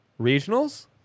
Regionals